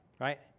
right